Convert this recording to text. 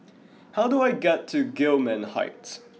how do I get to Gillman Heights